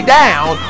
down